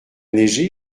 neigé